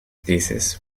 thesis